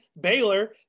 Baylor